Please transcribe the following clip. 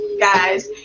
guys